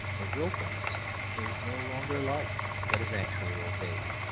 the wilfulness is no longer liked, but is actually obeyed.